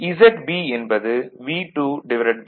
ZB என்பது V2I2fl